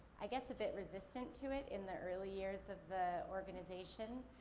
i guess, a bit resistant to it in the early years of the organization.